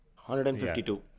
152